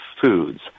foods